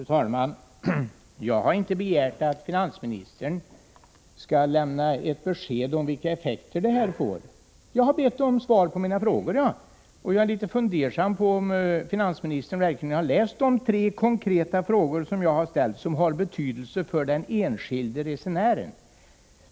Fru talman! Jag har inte begärt att finansministern skall lämna ett besked om vilka effekter detta får. Jag har bara bett om svar på mina frågor. Jag undrar om finansministern verkligen läst de tre konkreta frågor som jag har ställt och som har betydelse för den enskilde resenären.